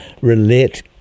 Relate